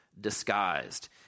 disguised